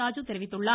ராஜு தெரிவித்துள்ளார்